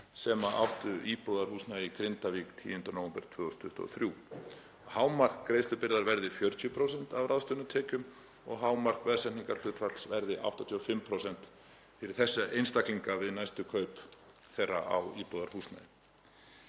sem áttu íbúðarhúsnæði í Grindavík 10. nóvember 2023. Hámark greiðslubyrði verði 40% af ráðstöfunartekjum og hámark veðsetningarhlutfalls verði 85% fyrir þessa einstaklinga við næstu kaup þeirra á íbúðarhúsnæði.